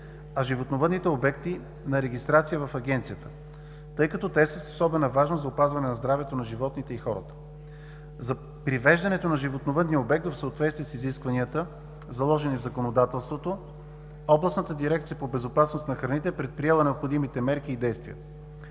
а животновъдните обекти – на регистрация в Агенцията, тъй като те са с особена важност за опазване на здравето на животните и хората. За привеждането на животновъдния обект в съответствие с изискванията, заложени в законодателството, областната дирекция по безопасност на храните е предприела необходимите мерки и действия.